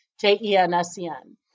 J-E-N-S-E-N